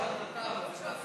והוראת